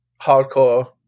hardcore